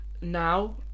Now